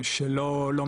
ענף הבניין,